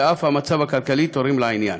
וגם המצב הכלכלי תורם לעניין.